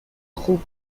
خوب